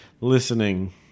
listening